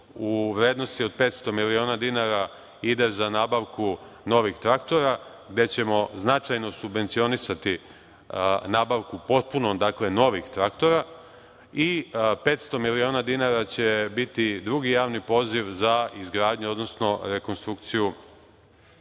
u vrednosti od 500 miliona dinara ide za nabavku novih traktora, gde ćemo značajno subvencionisati nabavku novih traktora i 500 miliona dinara će biti drugi javni poziv za izgradnju, odnosno rekonstrukciju